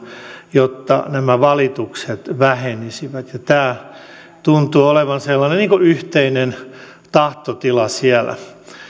jotta nämä valitukset vähenisivät tämä tuntui olevan sellainen yhteinen tahtotila siellä